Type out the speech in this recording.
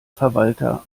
verwalter